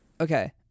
Okay